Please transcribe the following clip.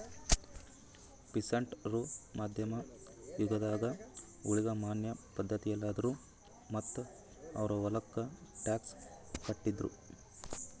peasant ರು ಮಧ್ಯಮ್ ಯುಗದಾಗ್ ಊಳಿಗಮಾನ್ಯ ಪಧ್ಧತಿಯಲ್ಲಿದ್ರು ಮತ್ತ್ ಅವ್ರ್ ಹೊಲಕ್ಕ ಟ್ಯಾಕ್ಸ್ ಕಟ್ಟಿದ್ರು